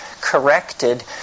corrected